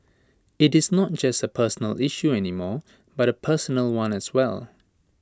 IT is not just A personal issue any more but A personnel one as well